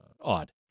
odd